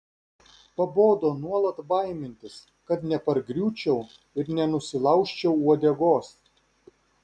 pabodo nuolat baimintis kad nepargriūčiau ir nenusilaužčiau uodegos